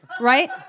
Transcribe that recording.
right